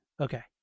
Okay